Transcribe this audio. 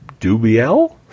Dubiel